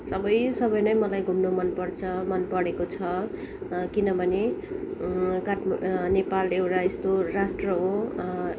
सबै सबै नै मलाई घुम्न मनपर्छ मनपरेको छ किनभने काठमा नेपाल एउटा यस्तो राष्ट्र हो